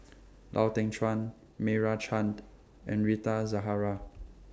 Lau Teng Chuan Meira Chand and Rita Zahara